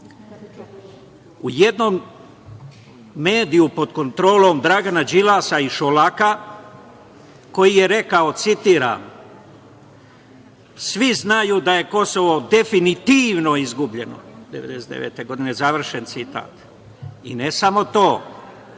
u jednom mediju pod kontrolom Dragana Đilasa i Šolaka koji je rekao, citiram – svi znaju da je Kosovo definitivno izgubljeno 1999. godine, završen citat. I ne samo to,